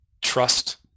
trust